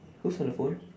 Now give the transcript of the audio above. who's on the phone